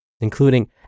including